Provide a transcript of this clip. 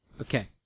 Okay